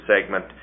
segment